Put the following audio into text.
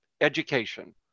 education